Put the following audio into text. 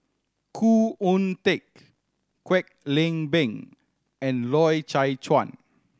Khoo Oon Teik Kwek Leng Beng and Loy Chye Chuan